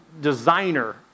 designer